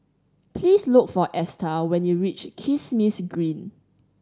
please look for Esta when you reach Kismis Green